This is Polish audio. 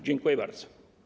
Dziękuję bardzo.